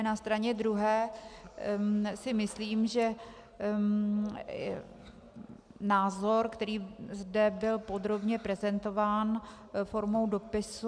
Na straně druhé si myslím, že názor, který zde byl podrobně prezentován formou dopisu...